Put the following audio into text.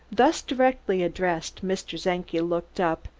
thus directly addressed mr. czenki looked up,